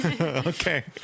okay